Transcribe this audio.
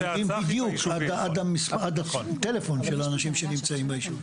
הם יודעים בדיוק עד הטלפון של האנשים שנמצאים ביישוב.